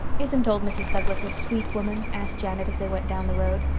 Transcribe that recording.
isn't old mrs. douglas a sweet woman? asked janet, as they went down the road.